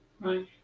Right